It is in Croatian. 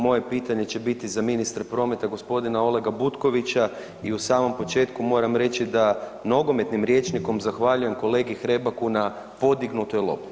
Moje pitanje će biti za ministra prometa gospodina Olega Butkovića i u samom početku moram reći da nogometnim rječnikom zahvaljujem kolegi Hrebaku na podignutoj lopti.